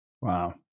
Wow